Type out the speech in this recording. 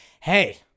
hey